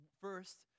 First